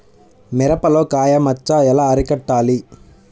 మిరపలో కాయ మచ్చ ఎలా అరికట్టాలి?